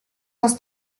was